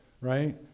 right